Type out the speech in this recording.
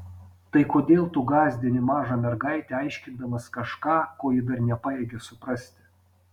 tai kodėl tu gąsdini mažą mergaitę aiškindamas kažką ko ji dar nepajėgia suprasti